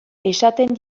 esaten